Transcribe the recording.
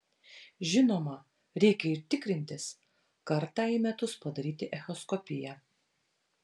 žinoma reikia ir tikrintis kartą į metus padaryti echoskopiją